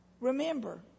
Remember